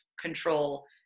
control